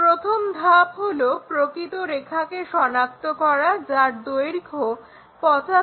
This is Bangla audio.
প্রথম ধাপ হলো প্রকৃত রেখাকে সনাক্ত করা যার দৈর্ঘ্য 75 mm